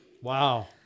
Wow